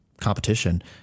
competition